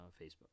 facebook